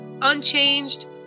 unchanged